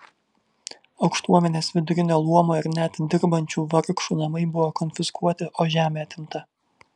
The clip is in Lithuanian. aukštuomenės vidurinio luomo ir net dirbančių vargšų namai buvo konfiskuoti o žemė atimta